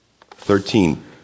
Thirteen